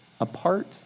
apart